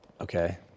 Okay